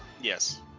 yes